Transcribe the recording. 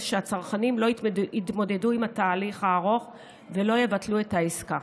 שהצרכנים לא יתמודדו עם התהליך הארוך ולא יבטלו את העסקה.